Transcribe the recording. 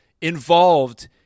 involved